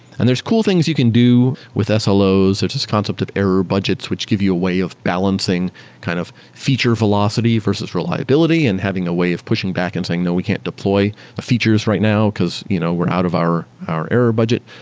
and there's cool things you can do with slo, such as concept of error budgets, which give you a way of balancing kind of feature velocity versus reliability and having a way of pushing back and saying no, we can't deploy a features right now, because you know we're out of our our error budget.